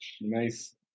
Nice